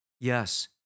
Yes